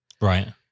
Right